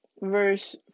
verse